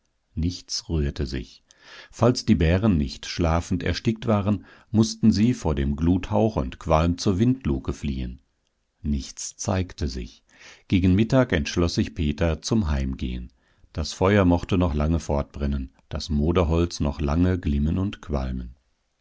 nichts rührte sich falls die bären nicht schlafend erstickt waren mußten sie vor dem gluthauch und qualm zur windluke fliehen nichts zeigte sich gegen mittag entschloß sich peter zum heimgehen das feuer mochte noch lange fortbrennen das moderholz noch lange glimmen und qualmen